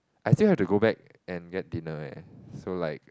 I still have to go back and get dinner leh so like